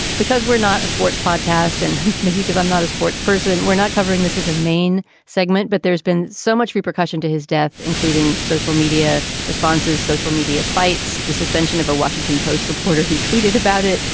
because we're not a sports podcast and maybe because i'm not a sports person. we're not covering this as a main segment. but there's been so much repercussion to his death, including social media responses, social media fights, the suspension of a washington post reporter who tweeted about it.